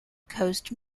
coast